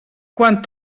quan